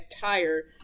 tire